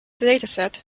dataset